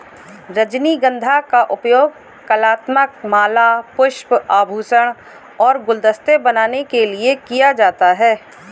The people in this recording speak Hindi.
रजनीगंधा का उपयोग कलात्मक माला, पुष्प, आभूषण और गुलदस्ते बनाने के लिए किया जाता है